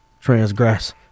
transgress